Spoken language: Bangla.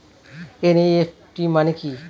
এন.ই.এফ.টি মানে কি?